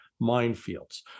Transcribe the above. minefields